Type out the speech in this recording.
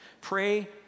Pray